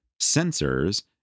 sensors